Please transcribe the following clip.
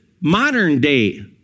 modern-day